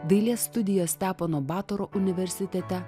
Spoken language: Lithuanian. dailės studijas stepono batoro universitete